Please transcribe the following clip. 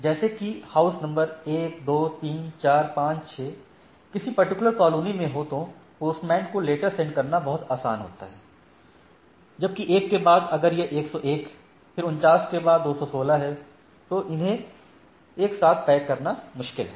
जैसे कि house number 1 2 3 4 5 6 किसी पर्टिकुलर कॉलोनी में हो तो पोस्टमैन को लेटर सेंड करना बहुत आसान होता है जबकि 1 के बाद अगर यह 101 फिर 49 फिर 216 है तो उन्हें एक साथ पैक करना मुश्किल है